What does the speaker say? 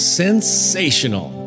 sensational